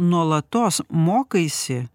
nuolatos mokaisi